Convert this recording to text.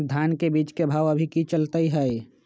धान के बीज के भाव अभी की चलतई हई?